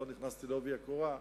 לא נכנסתי בעובי הקורה,